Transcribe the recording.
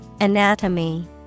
Anatomy